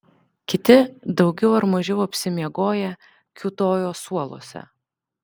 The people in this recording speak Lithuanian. kiti daugiau ar mažiau apsimiegoję kiūtojo suoluose